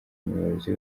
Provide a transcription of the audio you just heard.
umuyobozi